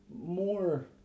more